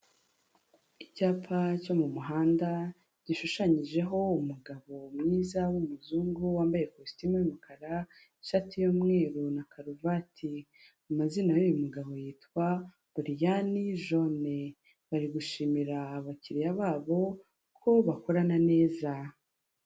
Icyapa cyo mu muhanda gishushanyijeho umugabo mwiza w'umuzungu wambaye ikositimu y'umukara, ishati y'umweru na karuvati, amazina y'uyu mugabo yitwa Brian jone, bari gushimira abakiriya babo ko bakorana neza.